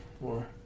more